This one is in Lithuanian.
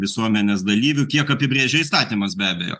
visuomenės dalyviu kiek apibrėžia įstatymas be abejo